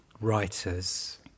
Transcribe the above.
writers